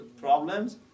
problems